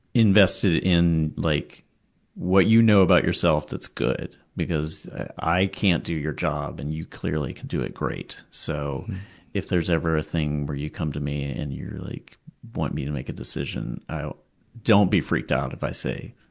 invested in like what you know about yourself that's good, because i can't do your job and you clearly can do it great. so if there's ever a thing where you come to me and you like want me to make a decision, don't be freaked out if i say,